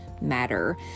matter